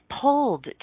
pulled